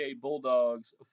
Bulldogs